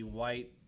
white